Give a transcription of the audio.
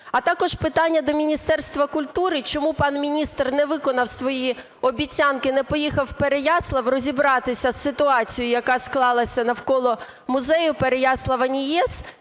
А також питання до Міністерства культури, чому пан міністр не виконав свої обіцянки, не поїхав в Переяслав розібратися з ситуацією, яка склалася навколо музею "Переяслав" НІЕЗ